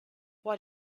why